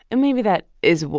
and maybe that is,